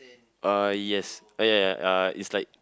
uh yes ya ya uh it's like